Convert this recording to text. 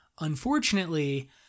Unfortunately